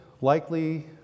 likely